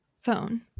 phone